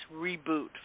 reboot